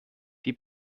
die